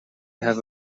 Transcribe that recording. have